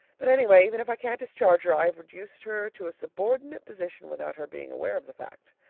but, anyway, even if i can't discharge her, i have reduced her to a subordinate position without her being aware of the fact.